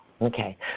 Okay